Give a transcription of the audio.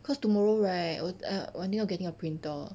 cause tomorrow right 我 err I wanting getting a printer